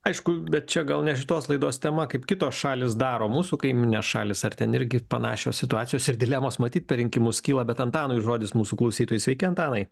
aišku bet čia gal ne šitos laidos tema kaip kitos šalys daro mūsų kaimyninės šalys ar ten irgi panašios situacijos ir dilemos matyt per rinkimus kyla bet antanui žodis mūsų klausytojui sveiki antanai